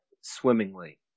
Swimmingly